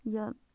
یا